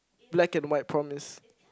black and white promise